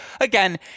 again